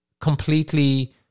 completely